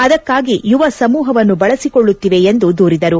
ಅದಕ್ಷಾಗಿ ಯುವ ಸಮೂಹವನ್ನು ಬಳಸಿಕೊಳ್ಳುತ್ತಿವೆ ಎಂದು ದೂರಿದರು